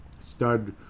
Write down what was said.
stud